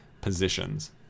positions